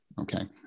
Okay